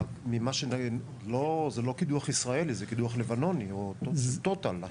זה לא קידוח ישראלי, זה קידוח לבנוני או טוטאל.